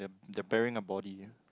they're they're burying a body